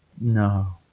No